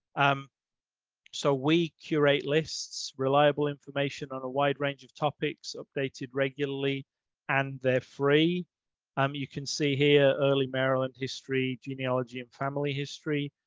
um so, we curate lists, reliable information on a wide range of topics, updated regularly and they're free. and um you can see here early maryland history, genealogy and family history,